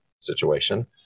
situation